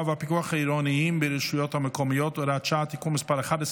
והפיקוח העירוניים ברשויות המקומיות (הוראת שעה) (תיקון מס' 11),